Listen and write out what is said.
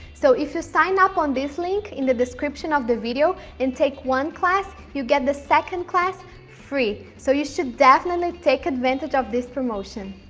so if you sign up on this link in the description of the video and take one class, you get the second class free, so you should definitely take advantage of this promotion.